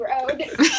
road